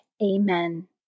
Amen